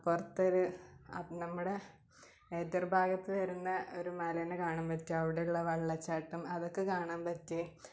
പുറത്ത് ഒരു നമ്മുടെ എതിർ ഭാഗത്ത് വരുന്ന ഒരു മലയെ കാണാൻ പറ്റി അവിടെയുള്ള വെളളച്ചാട്ടം അതൊക്കെ കാണാൻ പറ്റി